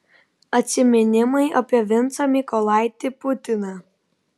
atsiminimai apie vincą mykolaitį putiną